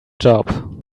job